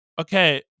okay